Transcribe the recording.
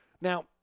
Now